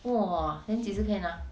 !whoa! then 几时可以拿